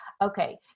Okay